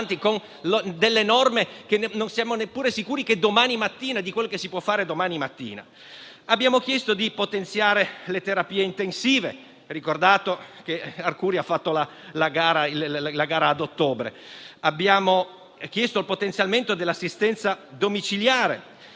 con norme che non ci rendono sicuri neppure di quello che si può fare domani mattina. Abbiamo chiesto di potenziare le terapie intensive, ricordando che Arcuri ha fatto la gara ad ottobre. Abbiamo chiesto il potenziamento dell'assistenza domiciliare